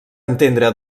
entendre